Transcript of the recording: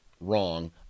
wrong